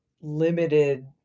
limited